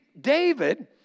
david